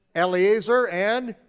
eleizer, and